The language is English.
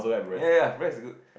ya breast is good